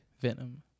Venom